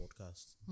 podcast